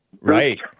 right